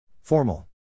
Formal